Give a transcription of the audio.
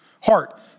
Heart